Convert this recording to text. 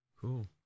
Cool